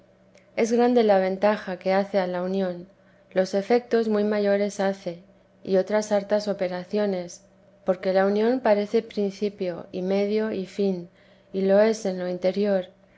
es grande la ventaja que hace a la unión los efectos muy mayores hace y otras hartas operaciones porque la unión parece principio y medio y fin y lo es en lo interior